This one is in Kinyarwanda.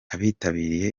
abitabiriye